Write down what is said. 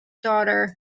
daughter